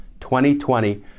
2020